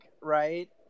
right